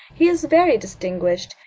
he is very distinguished.